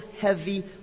heavy